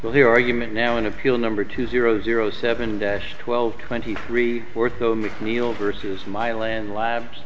the argument now on appeal number two zero zero seven dash twelve twenty three or so mcneil versus milan labs